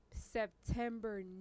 September